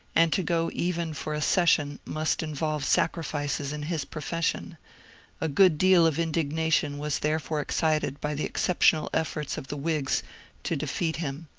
and to go even for a session must involve sac rifices in his profession a good deal of indignation was there fore excited by the exceptional efforts of the whigs to defeat him.